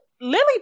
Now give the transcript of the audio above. Lily